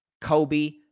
Kobe